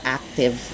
active